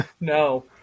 No